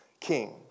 king